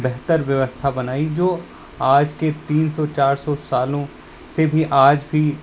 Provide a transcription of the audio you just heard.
बेहतर व्यवस्था बनाई जो आज के तीन सौ चार सौ सालों से भी आज भी